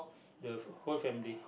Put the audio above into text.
the whole family